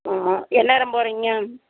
ஆமாம் எந்நேரம் போகறீங்க